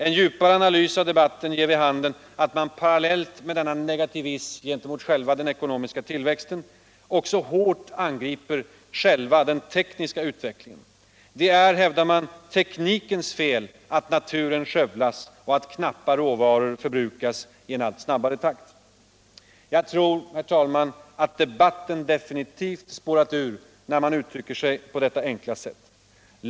En djupare analvs av debatten ger vid handen a man parallellt med en allmän negativism gentemot tillväxten också hår angriper själva den tekniska utvecklingen. Det är. hävdar man, teknikens fel att naturen skövlas och att knappa råvaror förbrukas i en allt snabbare takt. Jag tror, herr talman, att debatten definitivt spårat ur när man uttrycker sig på detta enkla sätt.